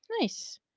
Nice